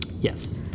Yes